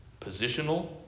positional